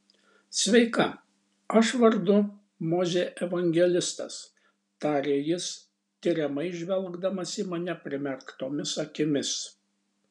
sveika aš vardu mozė evangelistas tarė jis tiriamai žvelgdamas į mane primerktomis akimis